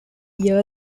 year